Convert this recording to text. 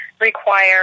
require